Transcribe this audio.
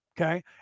Okay